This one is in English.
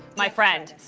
my friend,